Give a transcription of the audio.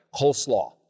coleslaw